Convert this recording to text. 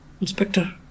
Inspector